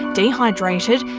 dehydrated,